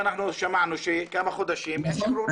בינתיים אנחנו שמענו שכמה חודשים אין שחרור.